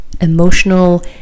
emotional